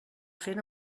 fent